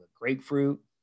grapefruit